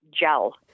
gel